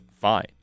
fine